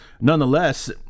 nonetheless